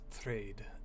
trade